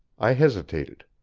i hesitated.